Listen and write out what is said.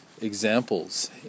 examples